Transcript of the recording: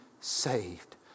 saved